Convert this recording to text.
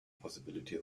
possibility